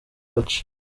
gace